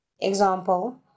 Example